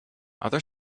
other